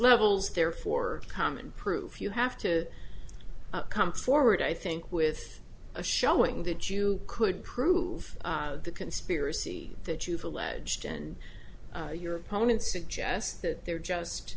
levels therefore coming proof you have to come forward i think with a showing that you could prove the conspiracy that you've alleged and your opponent suggests that they're just